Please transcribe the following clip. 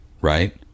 Right